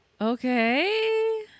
Okay